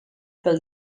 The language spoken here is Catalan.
pel